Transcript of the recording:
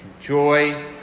joy